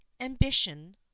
ambition